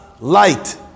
light